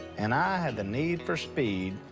and i had the need for speed.